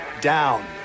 down